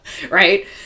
Right